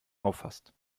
auffasst